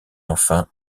enfin